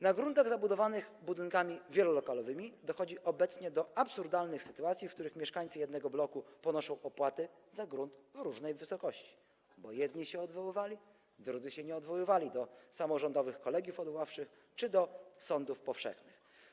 Na gruntach zabudowanych budynkami wielolokalowymi dochodzi obecnie do absurdalnych sytuacji, w których mieszkańcy jednego bloku ponoszą opłaty za grunt w różnej wysokości, bo jedni się odwoływali, a drudzy się nie odwoływali do samorządowych kolegiów odwoławczych czy do sądów powszechnych.